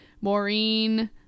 Maureen